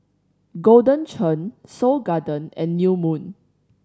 Golden Churn Seoul Garden and New Moon